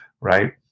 right